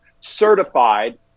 certified